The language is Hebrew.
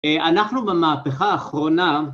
אנחנו במהפכה האחרונה